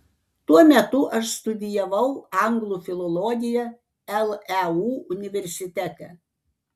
tuo metu aš studijavau anglų filologiją leu universitete